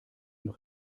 noch